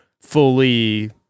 fully